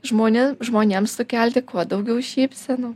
žmonė žmonėms sukelti kuo daugiau šypsenų